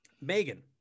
Megan